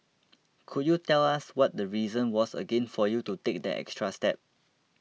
could you tell us what the reason was again for you to take that extra step